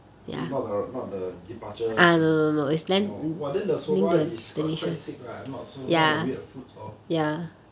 not the not the departure orh !wah! then the soba is quite quite sick lah not so not the weird fruits all